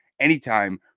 anytime